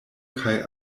kaj